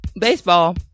baseball